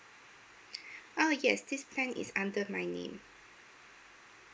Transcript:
ah yes this plan is under my name